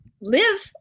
live